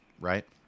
right